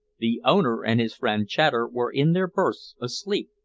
the owner and his friend chater were in their berths asleep,